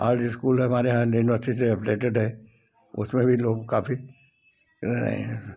art school हमारे यहाँ university से एफिलेटेड हैं उसमें भी लोग काफी रह रहे हैं